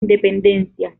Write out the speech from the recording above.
independencia